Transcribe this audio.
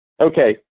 Okay